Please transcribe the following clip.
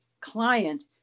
client